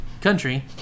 country